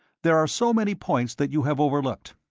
there are so many points that you have overlooked.